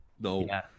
No